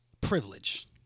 privilege